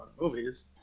movies